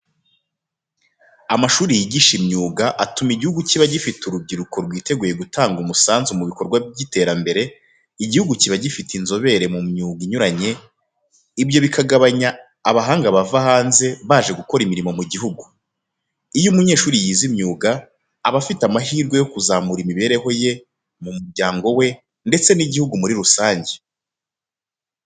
Amashuri yigisha imyuga atuma igihugu kiba gifite urubyiruko rwiteguye gutanga umusanzu mu bikorwa by'iterambere, igihugu kiba gifite inzobere mu myuga inyuranye, ibyo bikagabanya abahanga bava hanze baje gukora imirimo mu gihugu. Iyo umunyeshuri yize imyuga, aba afite amahirwe yo kuzamura imibereho ye, mu muryango we ndetse n'igihugu muri rusange.